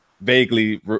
vaguely